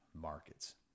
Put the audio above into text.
markets